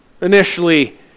initially